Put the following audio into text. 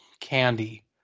candy